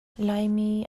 laimi